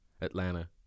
Atlanta